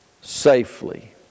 safely